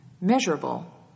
measurable